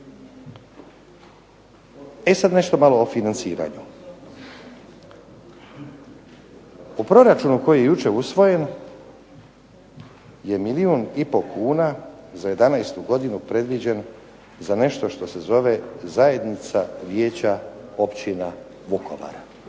E sad nešto malo o financiranju. U proračunu koji je jučer usvojen je milijun i pol kuna za 2011. godinu predviđen za nešto što se zove Zajednica vijeća općina Vukovara.